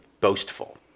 boastful